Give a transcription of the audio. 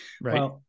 Right